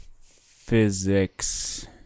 Physics